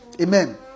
Amen